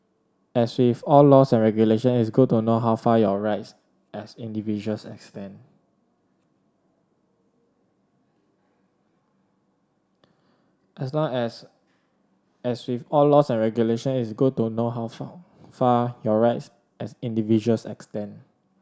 as with all laws and regulation it's good to know how far your rights as individuals extend as long as as with all laws and regulation it's good to know how far your rights as individuals extend